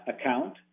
account